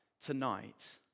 tonight